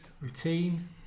Routine